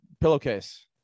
pillowcase